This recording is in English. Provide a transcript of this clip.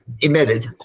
emitted